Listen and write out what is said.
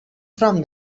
from